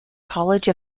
college